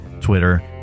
Twitter